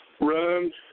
Run